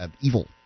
evil